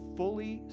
fully